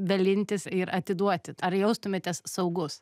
dalintis ir atiduoti ar jaustumėtės saugus